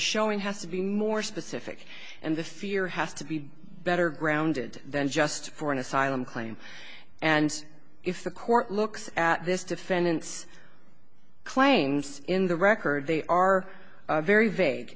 the showing has to be more specific and the fear has to be better grounded then just for an asylum claim and if the court looks at this defendant's claims in the record they are very vague